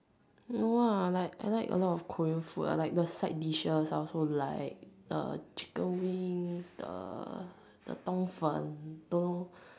no ah like I like a lot of Korean food ah like the side dishes I also like uh chicken wings the the 冬粉